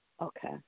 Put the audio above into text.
Okay